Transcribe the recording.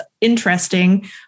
interesting